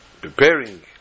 preparing